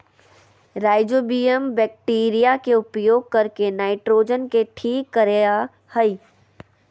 rhizobium bacteria के उपयोग करके नाइट्रोजन के ठीक करेय हइ